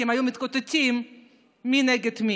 כי הם היו מתקוטטים מי נגד מי.